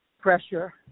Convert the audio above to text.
pressure